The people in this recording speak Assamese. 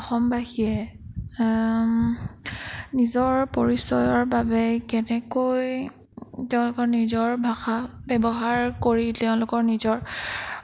অসমবাসীয়ে নিজৰ পৰিচয়ৰ বাবে কেনেকৈ তেওঁলোকৰ নিজৰ ভাষা ব্যৱহাৰ কৰি তেওঁলোকৰ নিজৰ